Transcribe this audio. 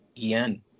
E-N